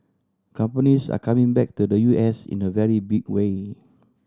companies are coming back to the U S in a very big way